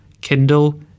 Kindle